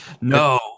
no